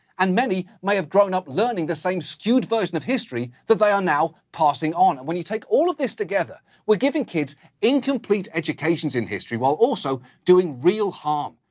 and many may have grown up learning the same skewed version of history that they are now passing on. and when you take all of this together, we're giving kids incomplete educations in history, while also doing real harm.